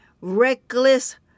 reckless